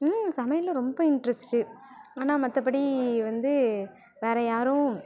சமையல்ல ரொம்ப இன்ட்ரெஸ்ட்டு ஆனால் மற்றபடி வந்து வேற யாரும்